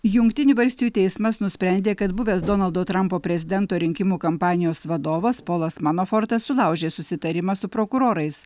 jungtinių valstijų teismas nusprendė kad buvęs donaldo trampo prezidento rinkimų kampanijos vadovas polas manafortas sulaužė susitarimą su prokurorais